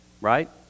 right